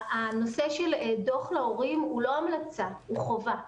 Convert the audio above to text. הנושא של דוח להורים הוא לא המלצה, הוא חובה.